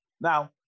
Now